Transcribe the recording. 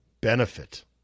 benefit